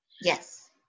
yes